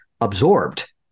absorbed